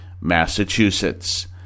Massachusetts